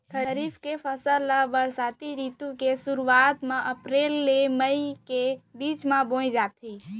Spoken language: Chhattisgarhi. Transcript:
खरीफ के फसल ला बरसा रितु के सुरुवात मा अप्रेल ले मई के बीच मा बोए जाथे